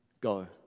go